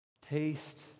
Taste